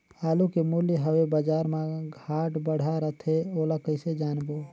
आलू के मूल्य हवे बजार मा घाट बढ़ा रथे ओला कइसे जानबो?